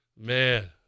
man